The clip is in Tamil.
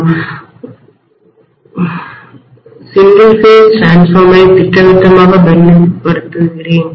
ஒற்றை கட்ட மின்மாற்றியைசிங்கிள் பேஸ் டிரான்ஸ்ஃபார்மரை திட்டவட்டமாக பிரதிநிதித்துவப்படுத்துகிறேன்